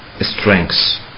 strengths